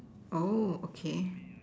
oh okay